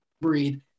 breathe